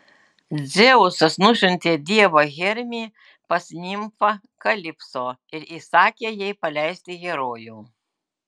dzeusas nusiuntė dievą hermį pas nimfą kalipso ir įsakė jai paleisti herojų